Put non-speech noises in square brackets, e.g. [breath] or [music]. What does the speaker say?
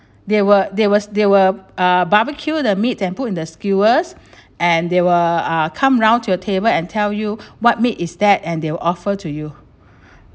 there were there was they will uh barbecue the meat and put in the skewers [breath] and they will uh come around your table and tell you what meat is that and they will offer to you